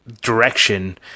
direction